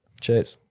Cheers